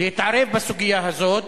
להתערב בסוגיה הזאת,